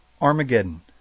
Armageddon